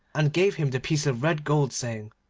and gave him the piece of red gold, saying,